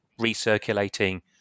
recirculating